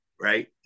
right